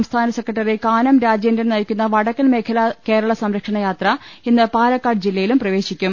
സംസ്ഥാന സെക്രട്ടറി കാനം രാജേ ന്ദ്രൻ നയിക്കുന്ന് വടക്കൻ മേഖലാ കേരള സംരക്ഷണ യാത്ര ഇന്ന് പാല ക്കാട് ജില്ലയിലും പ്രവേശിക്കും